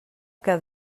que